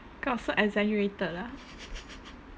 got so exaggerated ah